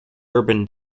urban